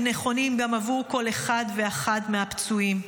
נכונים גם עבור כל אחד ואחת מהפצועים.